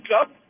up